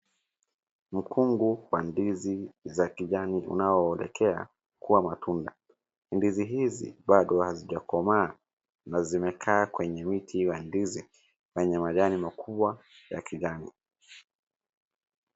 Mkungu wa ndizi za kijani unaoelekea kuwa matunda, ndizi hizi bado hazijakomaa na zimekaa kwenye miti ya ndizi na mwenye majani makubwa ya kijani.